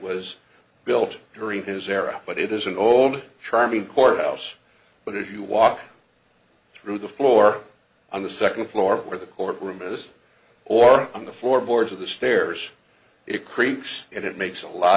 was built during his era but it is an old charming courthouse but if you walk through the floor on the second floor where the court room is or on the floor boards of the stairs it creaks it makes a lot